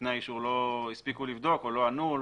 תנאי האישור לא הספיקו לבדוק או לא ענו,